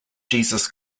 jesus